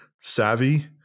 savvy